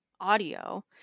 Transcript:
audio